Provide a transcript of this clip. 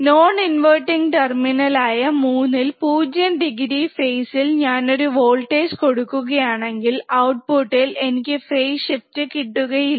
non inverting terminal ആയ മൂന്നിൽ 0 degree phase ഇൽ ഞാൻ ഒരു വോൾട്ടേജ് കൊടുക്കുകയാണെങ്കിൽ ഔട്ട്പുട്ടിൽ എനിക്ക് ഫെയ്സ് ഷിഫ്റ്റ് കിട്ടുകയില്ല